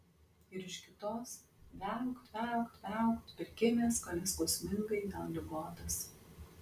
ir iš kitos viaukt viaukt viaukt prikimęs kone skausmingai gal ligotas